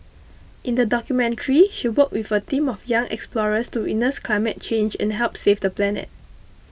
in the documentary she worked with a team of young explorers to witness climate change and help save the planet